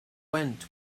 went